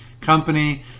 company